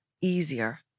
easier